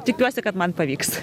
tikiuosi kad man pavyks